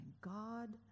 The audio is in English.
God